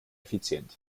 effizient